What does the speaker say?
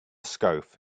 scarf